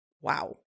Wow